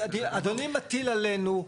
אדוני מטיל עלינו,